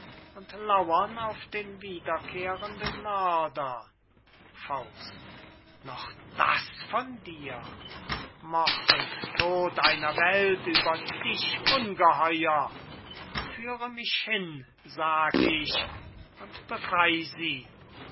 und lauern auf den wiederkehrenden mörder noch das von dir mord und tod einer welt über dich ungeheuer führe mich hin sag ich und befrey sie